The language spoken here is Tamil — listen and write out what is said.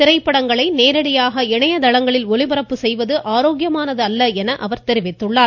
திரைப்படங்களை நேரடியாக இணையதளங்களில் ஒளிபரப்பு செய்வது ஆரோக்கியமானது அல்ல என தெரிவித்துள்ளார்